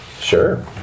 Sure